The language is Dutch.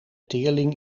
teerling